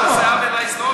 כי אתה עושה עוול להיסטוריה.